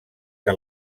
que